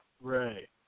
Right